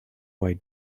white